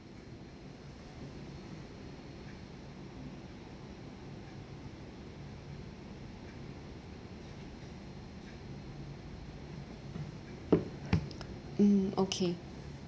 hmm okay